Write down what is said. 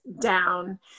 down